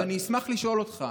אני אשמח לשאול אותך